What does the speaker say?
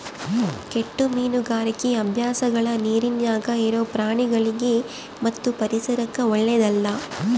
ಕೆಟ್ಟ ಮೀನುಗಾರಿಕಿ ಅಭ್ಯಾಸಗಳ ನೀರಿನ್ಯಾಗ ಇರೊ ಪ್ರಾಣಿಗಳಿಗಿ ಮತ್ತು ಪರಿಸರಕ್ಕ ಓಳ್ಳೆದಲ್ಲ